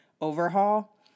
overhaul